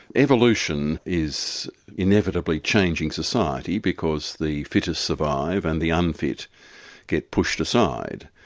evolution is inevitably changing society because the fittest survive, and the unfit get pushed aside.